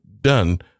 done